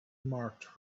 marked